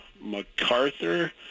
MacArthur